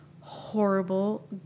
horrible